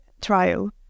trial